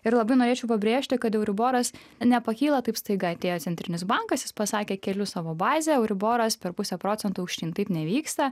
ir labai norėčiau pabrėžti kad euriboras nepakyla taip staiga atėjo centrinis bankas jis pasakė kelių savo bazę euriboras per pusę procento aukštyn taip nevyksta